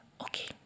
Okay